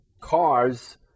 cars